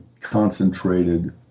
concentrated